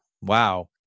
Wow